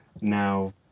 now